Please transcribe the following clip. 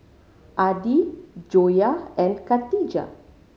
Adi Joyah and Katijah